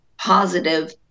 positive